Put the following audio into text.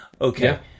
Okay